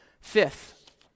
Fifth